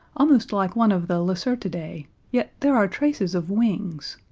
almost like one of the lacertidae, yet there are traces of wings.